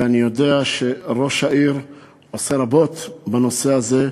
ואני יודע שראש העיר עושה רבות בנושא הזה,